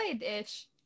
ish